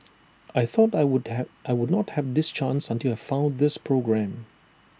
I thought I would have I would not have this chance until I found this programme